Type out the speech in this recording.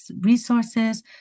resources